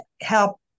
help